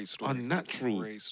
unnatural